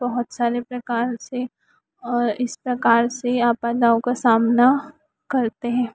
बहुत सारे प्रकार से और इस प्रकार से आपदाओं का सामना करते हें